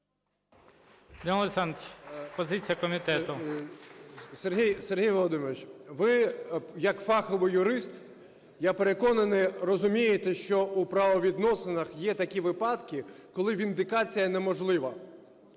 Сергій Володимирович, ви як фаховий юрист, я переконаний, розумієте, що у правовідносинах є такі випадки, коли віндикація неможлива.